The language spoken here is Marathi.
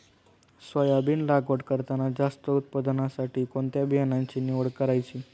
सोयाबीन लागवड करताना जास्त उत्पादनासाठी कोणत्या बियाण्याची निवड करायची?